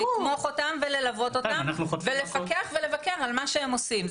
ולתמוך אותם וללוות אותם ולפקח ולבקר על מה שהם עושים.